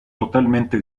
totalmente